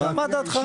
מה דעתך?